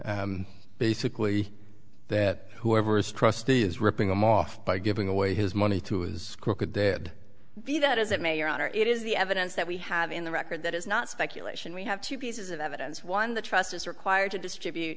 claim basically that whoever is trustee is ripping him off by giving away his money to is crooked dead be that as it may your honor it is the evidence that we have in the record that is not speculation we have two pieces of evidence one the trust is required to distribute